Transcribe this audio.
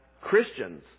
Christians